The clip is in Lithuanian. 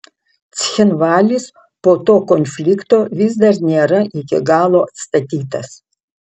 cchinvalis po to konflikto vis dar nėra iki galo atstatytas